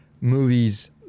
movies